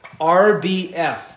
RBF